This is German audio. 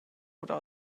oder